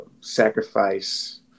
sacrifice